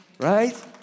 Right